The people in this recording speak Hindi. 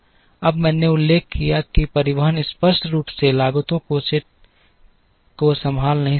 अब मैंने उल्लेख किया कि परिवहन स्पष्ट रूप से लागतों के सेट को संभाल नहीं सकता है